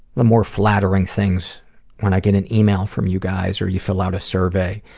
the more flattering things when i get an email from you guys, or you fill out a survey,